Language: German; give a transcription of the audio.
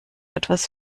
etwas